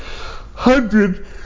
hundred